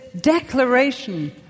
declaration